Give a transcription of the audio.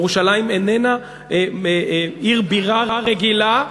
ירושלים איננה עיר בירה רגילה,